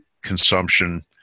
consumption